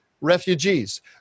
refugees